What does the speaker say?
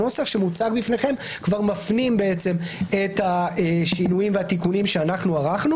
הנוסח שמוצג בפניכם כבר מפנים את השינויים והתיקונים שאנחנו ערכנו